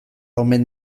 omen